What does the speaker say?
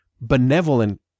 benevolent